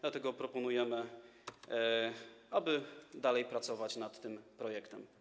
Dlatego proponujemy, aby dalej pracować nad tym projektem.